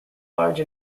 large